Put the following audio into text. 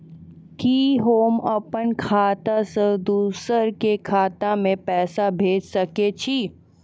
कि होम अपन खाता सं दूसर के खाता मे पैसा भेज सकै छी?